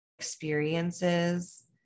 experiences